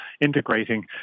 integrating